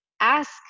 ask